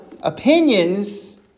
opinions